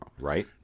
right